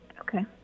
Okay